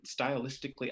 stylistically